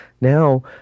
Now